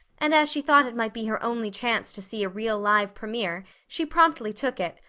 and as she thought it might be her only chance to see a real live premier, she promptly took it,